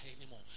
anymore